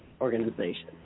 Organization